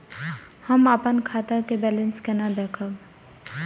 हम अपन खाता के बैलेंस केना देखब?